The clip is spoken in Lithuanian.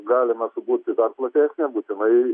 galima suburti dar platesnę nebūtinai